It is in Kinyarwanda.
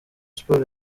sports